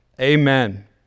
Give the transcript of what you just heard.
Amen